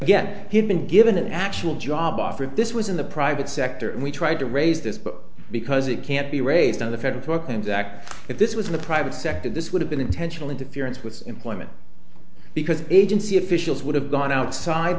again he had been given an actual job offer this was in the private sector and we tried to raise this but because it can't be raised on the federal proclaims act that this was in the private sector this would have been intentional interference with employment because agency officials would have gone outside